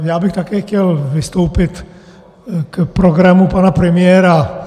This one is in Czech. Také bych chtěl vystoupit k programu pana premiéra.